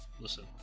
Listen